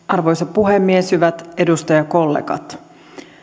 arvoisa puhemies hyvät edustajakollegat